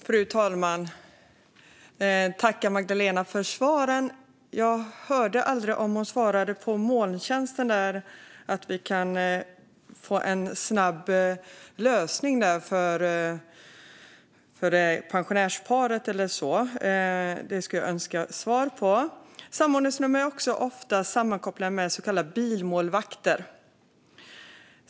Fru talman! Jag vill tacka Magdalena för svaren. Jag hörde aldrig om hon svarade på frågan om molntjänster så att vi kan få en snabb lösning för pensionärsparet. Det skulle jag önska få ett svar på. Samordningsnummer är ofta sammankopplade med så kallade bilmålvakter.